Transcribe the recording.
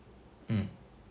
mm